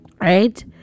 Right